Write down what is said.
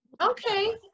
Okay